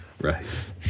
Right